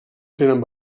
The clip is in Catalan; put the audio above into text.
tenen